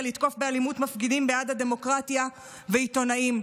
לתקוף באלימות מפגינים בעד הדמוקרטיה ועיתונאים.